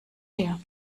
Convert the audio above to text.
her